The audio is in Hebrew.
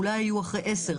שאולי הם אחרי 10,